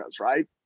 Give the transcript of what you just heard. right